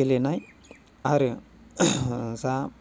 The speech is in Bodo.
गेलेनाय आरो जा